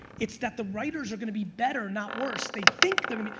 it's that the writers are gonna be better, not worse. they think there gonna